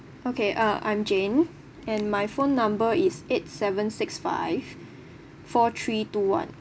okay uh I'm jane and my phone number is eight seven six five four three two one